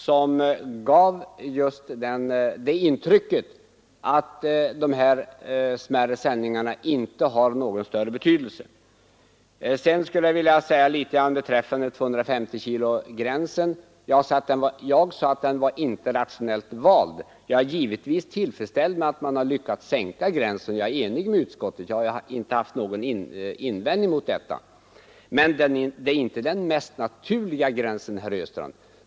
Herr talman! Det fanns en passus i herr Östrands anförande som han inte läste upp nu men som gav just det intrycket, att de här smärre ändringarna inte skulle ha någon större betydelse. Om 250-kilogramsgränsen sade jag att den inte var rationellt vald. Jag är givetvis tillfredsställd med att man har lyckats sänka gränsen — jag är enig med utskottet därvidlag och har inte haft någon invändning att göra mot detta — men det är inte den mest naturliga gränsen, herr Östrand.